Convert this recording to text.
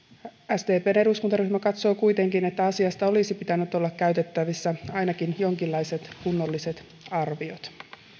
sdpn eduskuntaryhmä katsoo kuitenkin että asiasta olisi pitänyt olla käytettävissä ainakin jonkinlaiset kunnolliset arviot